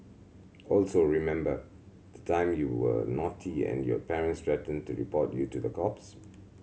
also remember the time you were naughty and your parents threatened to report you to the cops